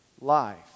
life